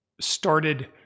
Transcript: started